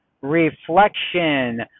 reflection